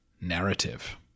Narrative